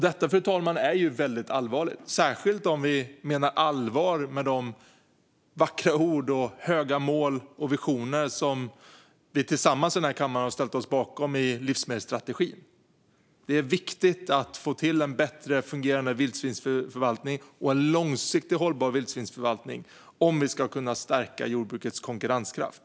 Detta är väldigt allvarligt, fru talman, särskilt om vi menar allvar med de vackra ord och höga mål och visioner som vi i den här kammaren tillsammans har ställt oss bakom i livsmedelsstrategin. Det är viktigt att få till en bättre fungerande och långsiktigt hållbar vildsvinsförvaltning om vi ska kunna stärka jordbrukets konkurrenskraft.